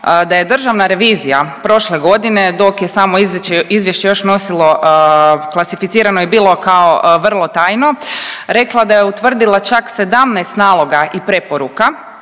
da je državna revizija prošle godine dok je samo izvješće još nosilo, klasificirano je bilo kao vrlo tajno, rekla da je utvrdila čak 17 naloga i preporuka